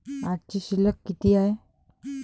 आजची शिल्लक किती हाय?